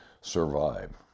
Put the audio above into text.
survive